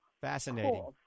Fascinating